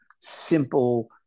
simple